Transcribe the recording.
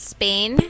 Spain